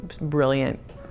brilliant